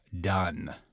done